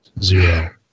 Zero